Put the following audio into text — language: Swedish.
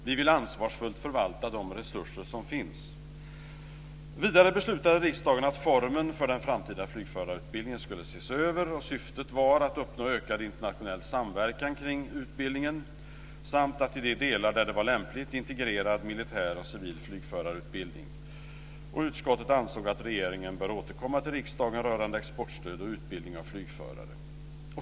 Vi vill ansvarsfullt förvalta de resurser som finns. Vidare beslutade riksdagen att formen för den framtida flygförarutbildningen skulle ses över. Syftet var att uppnå ökad internationell samverkan kring utbildningen samt att i de delar där det var lämpligt integrera militär och civil flygförarutbildning. Utskottet ansåg att regeringen borde återkomma till riksdagen rörande exportstöd och utbildning av flygförare.